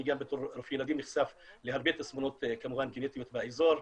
אני גם בתור רופא ילדים נחשף להרבה תסמונות גנטיות באזור.